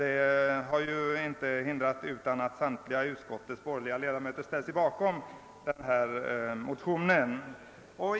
Det hindrar inte att utskottets samtliga borgerliga ledamöter ställer sig bakom reservationen.